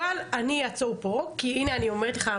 אבל אני אעצור פה כי הנה אני אומרת לך,